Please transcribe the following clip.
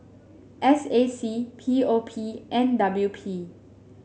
S A C P O P and W P